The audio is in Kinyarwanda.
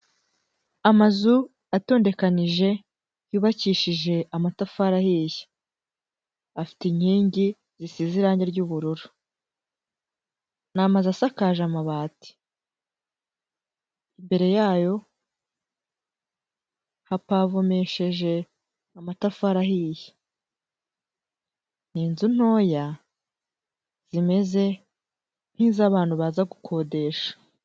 Amazu atondekanije yubakishije amatafari ahiye, afite inkingi zisize irangi ry'ubururu, ni amazu asakaje amabati, imbere yayo hapavomesheje amatafari ahiye, ni inzu ntoya zimeze nk'iz'abantu baza gukodesha.